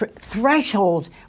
threshold